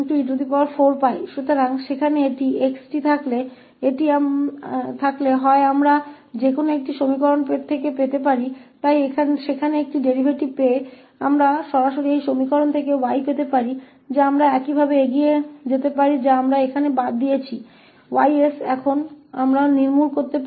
तो इस 𝑥𝑡 के होने पर या तो हम समीकरणों में से किसी एक से प्राप्त कर सकते हैं इसलिए इस डेरीवेटिव को वहां प्राप्त करने से हम सीधे इस समीकरण से y प्राप्त कर सकते हैं या हम इसी तरह से आगे बढ़ सकते हैं जैसा कि हमने यहां समाप्त कर दिया है 𝑌𝑠 अब हम 𝑋𝑠 को समाप्त कर सकते हैं